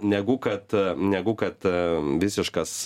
negu kad negu kad visiškas